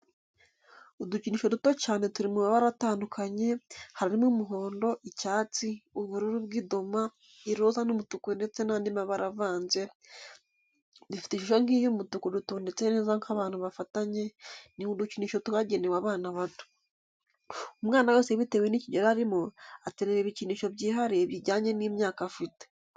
Udukinisho duto cyane turi mu mabara atandukanye harimo umuhondo, icyatsi, ubururu bw'idoma, iroza n'umutuku ndetse n'andi mabara avanze, dufite ishusho nk'iy'umuntu dutondetse neza nk'abantu bafatanye, ni udukinisho twagenewe abana bato. Umwana wese bitewe n'ikigero arimo akenera ibikinsho byihariye bijyanye n'imyaka afite.